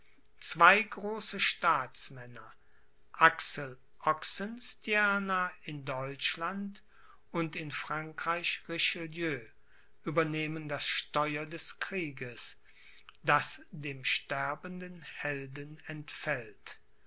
zwei große staatsmänner axel oxenstierna in deutschland und in frankreich richelieu übernehmen das steuer des krieges das dem sterbenden helden entfällt